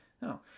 no